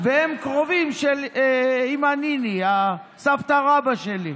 והם קרובים של אימא ניני, הסבתא-רבתא שלי.